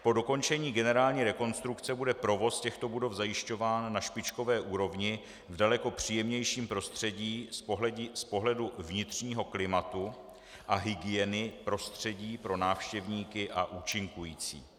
Po dokončení generální rekonstrukce bude provoz těchto budov zajišťován na špičkové úrovni v daleko příjemnějším prostředí z pohledu vnitřního klimatu a hygieny prostředí pro návštěvníky a účinkující.